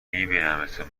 میبینمتون